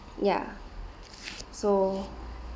ya so